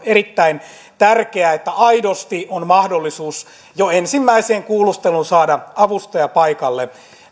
erittäin tärkeää että aidosti on mahdollisuus jo ensimmäiseen kuulusteluun saada avustaja paikalle